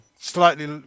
slightly